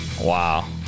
Wow